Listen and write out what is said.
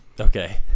Okay